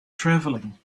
travelling